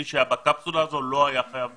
מי שהיה בקפסולה הזו לא היה חייב בידוד.